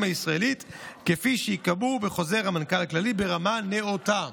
הישראלית כפי שייקבעו בחוזר המנהל הכללי ברמה נאותה.